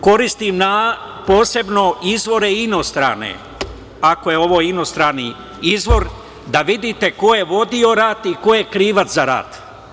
Koristim posebno inostrane izvore, ako je ovo inostrani izvor, da vidite ko je vodio rat i ko je krivac za rat.